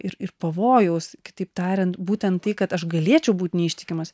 ir ir pavojaus kitaip tariant būtent tai kad aš galėčiau būt neištikimas